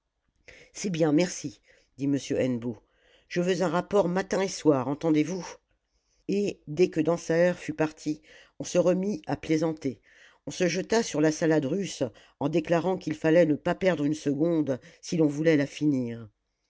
c'est bien merci dit m hennebeau je veux un rapport matin et soir entendez-vous et dès que dansaert fut parti on se remit à plaisanter on se jeta sur la salade russe en déclarant qu'il fallait ne pas perdre une seconde si l'on voulait la finir